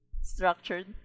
Structured